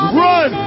run